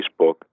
Facebook